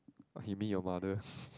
oh he mean your mother